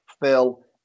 Phil